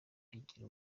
bigira